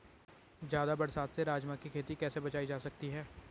ज़्यादा बरसात से राजमा की खेती कैसी बचायी जा सकती है?